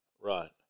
Right